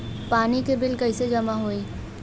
पानी के बिल कैसे जमा होयी?